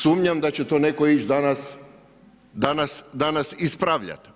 Sumnjam da će to neko ići danas ispravljati.